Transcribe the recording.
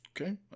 Okay